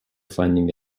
finding